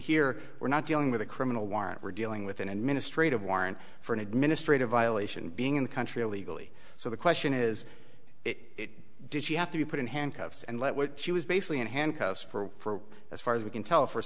here we're not dealing with a criminal warrant we're dealing with an administrative warrant for an administrative violation being in the country illegally so the question is it did she have to be put in handcuffs and let what she was basically in handcuffs for as far as we can tell for